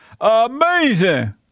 Amazing